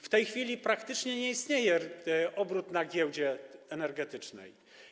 W tej chwili praktycznie nie istnieje obrót na giełdzie energetycznej.